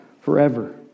forever